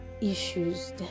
issues